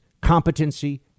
competency